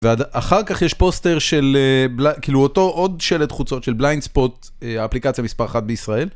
ואחר כך יש פוסטר של, כאילו אותו עוד שלט חוצות של בליינד ספוט האפליקציה מספר אחת בישראל.